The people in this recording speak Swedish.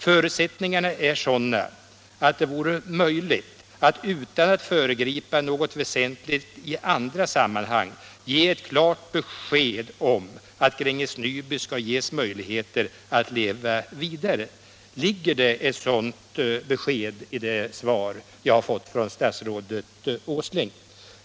Förutsättningarna är sådana att det hade varit möjligt att utan att föregripa något väsentligt i andra sammanhang ge ett klart besked om att Gränges Nyby skall ges möjligheter att leva vidare. Ligger det ett sådant besked i det svar jag har fått från statsrådet Åsling?